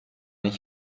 ich